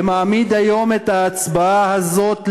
שמעמיד היום את ההצבעה הזאת למבחן,